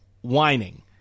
whining